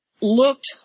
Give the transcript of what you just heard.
looked